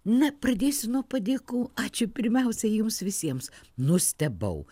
na pradėsiu nuo padėkų ačiū pirmiausia jums visiems nustebau